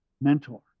mentor